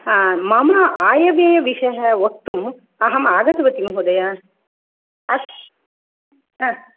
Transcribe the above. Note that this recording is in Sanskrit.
आ मम आयव्ययविषयः वक्तुम् अहम् आगतवती महोदय अस्त् ह